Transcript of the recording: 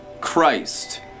Christ